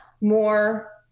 more